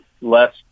less